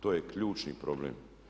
To je ključni problem.